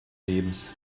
lebens